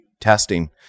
testing